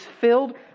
filled